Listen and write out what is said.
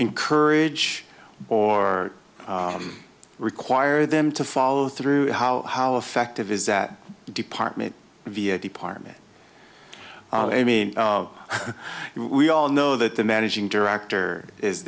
encourage or require them to follow through how how effective is that department via department i mean we all know that the managing director is